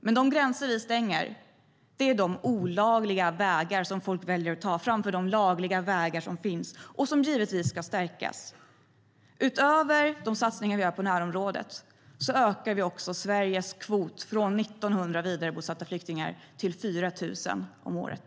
Men det vi då gör är att stänga de olagliga vägar som folk väljer att ta framför de lagliga vägar som finns och som givetvis ska stärkas. Utöver de satsningar vi gör på närområdet ökar vi också Sveriges kvot från 1 900 vidarebosatta flyktingar till 4 000 om året.